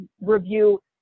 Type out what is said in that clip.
review